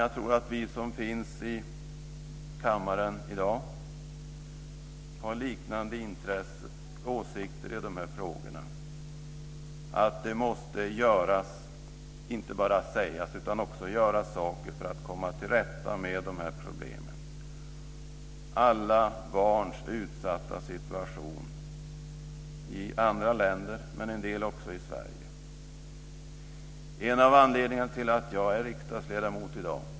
Jag tror att vi alla här i kammaren i dag har liknande åsikter i dessa frågor. Det måste göras - inte bara sägas - saker för att man ska komma till rätta med problemen och med alla barns utsatta situation i andra länder, men även i Sverige.